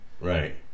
Right